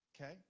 okay